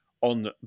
on